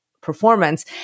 performance